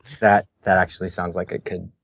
that that actually sounds like it could